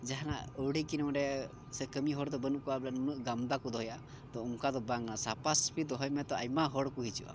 ᱡᱟᱦᱟᱱᱟᱜ ᱟᱹᱣᱲᱤ ᱜᱮ ᱱᱚᱰᱮ ᱥᱮ ᱠᱟᱹᱢᱤ ᱦᱚᱲᱫᱚ ᱵᱟᱹᱱᱩᱜ ᱠᱚᱣᱟ ᱵᱚᱞᱮ ᱱᱩᱱᱟᱹᱜ ᱜᱟᱢᱫᱟ ᱠᱚ ᱫᱚᱦᱚᱭᱟ ᱛᱳ ᱚᱱᱠᱟ ᱫᱚ ᱵᱟᱝᱟ ᱥᱟᱯᱷᱟ ᱥᱟᱹᱯᱷᱤ ᱫᱚᱦᱚᱭ ᱢᱮᱛᱚ ᱟᱭᱢᱟ ᱦᱚᱲ ᱠᱚ ᱦᱤᱡᱩᱜᱼᱟ